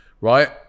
right